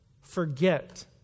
forget